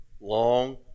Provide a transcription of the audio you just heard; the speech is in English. Long